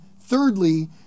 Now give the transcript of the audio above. thirdly